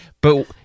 but-